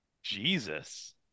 jesus